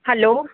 hello